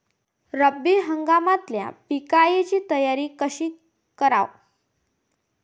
रब्बी हंगामातल्या पिकाइची तयारी कशी कराव?